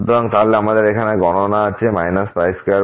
সুতরাং তাহলে আমাদের এখানে আছে 22